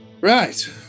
Right